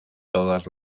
todas